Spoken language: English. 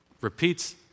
repeats